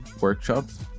workshops